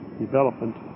development